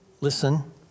listen